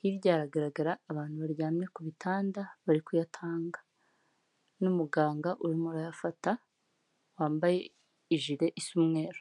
hirya haragaragara abantu baryamye ku bitanda bari kuyatanga, n'umuganga urimo urayafata wambaye ijire isa umweru.